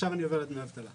עכשיו אני עובר לדמי אבטלה.